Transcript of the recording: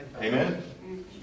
Amen